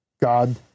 God